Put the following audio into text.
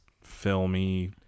filmy